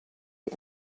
big